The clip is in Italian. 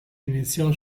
iniziò